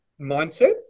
mindset